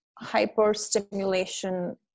hyper-stimulation